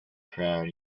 crowd